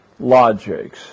logics